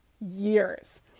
years